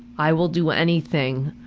i will do ah anything,